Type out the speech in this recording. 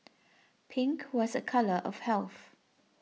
pink was a colour of health